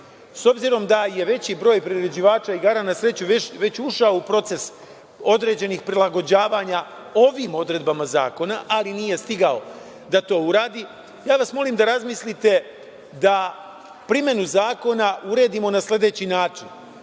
S obzirom da je veći broj priređivača igara na sreću već ušao u proces određenih prilagođavanja ovim odredbama zakona, ali nije stigao da to uradi, molim vas da razmislite da primenu zakona uredimo na sledeći način,